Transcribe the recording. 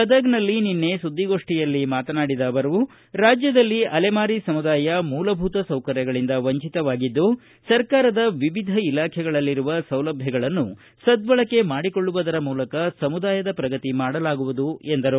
ಗದಗನಲ್ಲಿ ನಿನ್ನೆ ಸುದ್ವಿಗೋಷ್ಠಿಯಲ್ಲಿ ಮಾತನಾಡಿದ ಅವರು ರಾಜ್ಯದಲ್ಲಿ ಅಲೆಮಾರಿ ಸಮುದಾಯ ಮೂಲಭೂತ ಸೌಕರ್ಯಗಳಿಂದ ವಂಚಿತವಾಗಿದ್ದು ಸರ್ಕಾರದ ವಿವಿಧ ಇಲಾಖೆಗಳಲ್ಲಿರುವ ಸೌಲಭ್ಯಗಳನ್ನು ಸದ್ದಳಕೆ ಮಾಡಿಕೊಳ್ಳುವುದರ ಮೂಲಕ ಸಮುದಾಯದ ಪ್ರಗತಿ ಮಾಡಲಾಗುವುದು ಎಂದರು